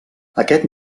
aquest